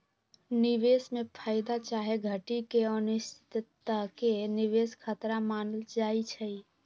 निवेश में फयदा चाहे घटि के अनिश्चितता के निवेश खतरा मानल जाइ छइ